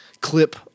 clip